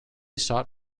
sought